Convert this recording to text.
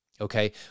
okay